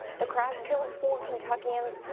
the crash killed four kentuckians.